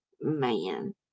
man